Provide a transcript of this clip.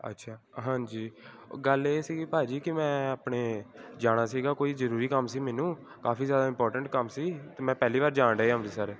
ਅੱਛਾ ਹਾਂਜੀ ਉਹ ਗੱਲ ਇਹ ਸੀ ਕਿ ਭਾਅ ਜੀ ਕਿ ਮੈਂ ਆਪਣੇ ਜਾਣਾ ਸੀਗਾ ਕੋਈ ਜ਼ਰੂਰੀ ਕੰਮ ਸੀ ਮੈਨੂੰ ਕਾਫ਼ੀ ਜ਼ਿਆਦਾ ਇੰਪੋਰਟੈਂਟ ਕੰਮ ਸੀ ਅਤੇ ਮੈਂ ਪਹਿਲੀ ਵਾਰ ਜਾਣ ਡਿਆ ਅੰਮ੍ਰਿਤਸਰ